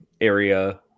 area